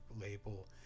label